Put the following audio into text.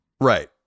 Right